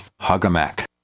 hugAMAC